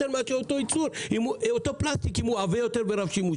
מאותו פלסטיק אם הוא עבה יותר ורב-שימושי.